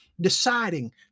deciding